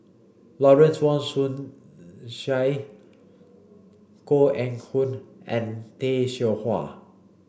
Lawrence Wong Shyun Tsai Koh Eng Hoon and Tay Seow Huah